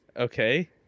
Okay